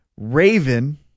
Raven